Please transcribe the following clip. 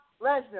Lesnar